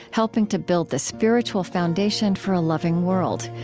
helping to build the spiritual foundation for a loving world.